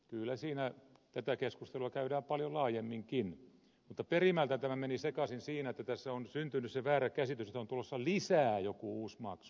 kyllä siinä tätä keskustelua käydään paljon laajemminkin mutta perimmältään tämä meni sekaisin siinä että tässä on syntynyt se väärä käsitys että on tulossa lisää jokin uusi maksu kokonaan